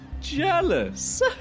Jealous